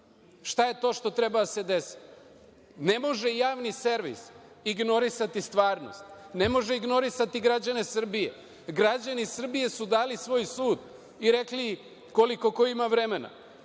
Šta je to što treba da se desi? Ne može javni servis ignorisati stvarnost. Ne može ignorisati građane Srbije, građani Srbije su dali svoj sud i rekli koliko ko ima vremena.